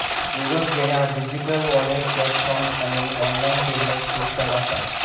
Google Pay ह्या digital wallet platform आणि online payment system असा